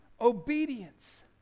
obedience